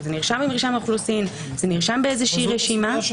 אורלי, נשיאות הוועדה.